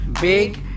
big